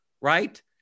right